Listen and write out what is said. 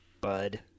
bud